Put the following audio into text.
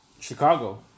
Chicago